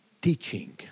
teaching